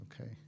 okay